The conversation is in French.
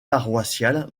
paroissiale